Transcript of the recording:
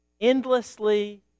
endlessly